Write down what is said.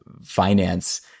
finance